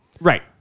Right